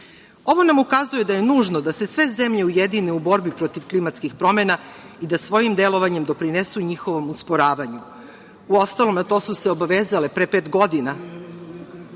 nam ukazuje da je nužno da se sve zemlje ujedine u borbi protiv klimatskih promena i da svojim delovanjem doprinesu njihovom usporavanju. Uostalom, na to su se obavezale pre pet godina